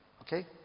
Okay